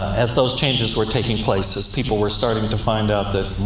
as those changes were taking place, as people were starting to find out that